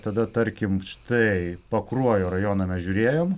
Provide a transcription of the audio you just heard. tada tarkim štai pakruojo rajoną mes žiūrėjom